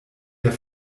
der